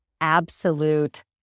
absolute